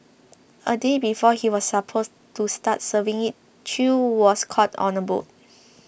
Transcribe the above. a day before he was supposed to start serving it Chew was caught on a boat